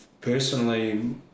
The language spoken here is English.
Personally